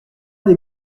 des